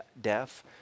deaf